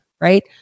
right